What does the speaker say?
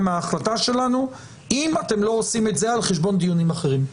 מההחלטה שלנו אם אתם לא עושים את זה על חשבון דיונים אחרים?